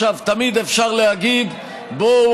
תמיד אפשר להגיד: בואו,